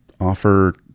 offer